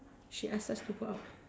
she ask us to go out